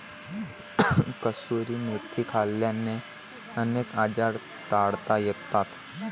कसुरी मेथी खाल्ल्याने अनेक आजार टाळता येतात